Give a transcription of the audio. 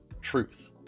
truth